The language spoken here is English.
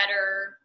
better